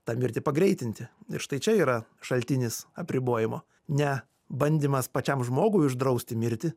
tą mirtį pagreitinti ir štai čia yra šaltinis apribojimo ne bandymas pačiam žmogui uždrausti mirtį